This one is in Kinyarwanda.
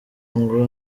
ngo